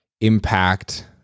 impact